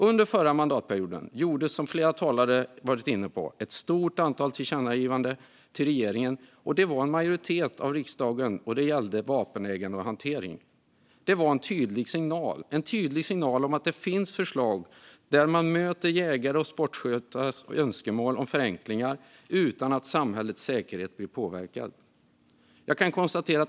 Under förra mandatperioden gjordes, som flera talare varit inne på, ett stort antal tillkännagivanden till regeringen från en majoritet av riksdagen gällande vapenägande och vapenhantering. Det var en tydlig signal om att det finns förslag som tillmötesgår jägares och sportskyttars önskemål om förenklingar utan att samhällets säkerhet blir påverkad.